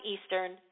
Eastern